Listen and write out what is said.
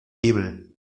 hebel